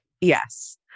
Yes